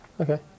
Okay